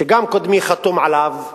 שגם קודמי חתום עליו.